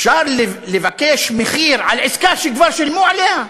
אפשר לבקש מחיר על עסקה שכבר שילמו עליה?